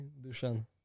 Dushan